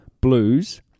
Blues